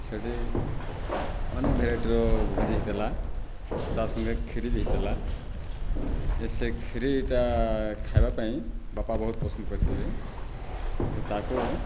ସେଠି ଅନେକ ଭେରାଇଟିର ଭୋଜି ହୋଇଥିଲା ତା' ସଙ୍ଗେ ଖିରି ବି ହୋଇଥିଲା ଏ ସେ ଖିରିଟା ଖାଇବା ପାଇଁ ବାପା ବହୁତ ପସନ୍ଦ କରିଥିଲେ ଯେ ତାକୁ